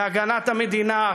להגנת המדינה,